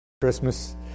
Christmas